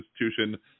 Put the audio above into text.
institution